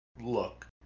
look